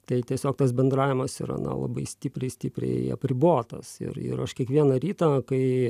tai tiesiog tas bendravimas yra na labai stipriai stipriai apribotas ir ir aš kiekvieną rytą kai